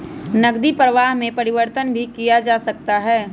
नकदी प्रवाह में परिवर्तन भी किया जा सकता है